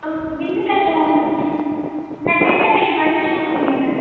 திண்டுக்கல்லில் நான் திருநெல்வேலி போகிறேன் நீங்கள் எங்கே போகிறீங்க